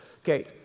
Okay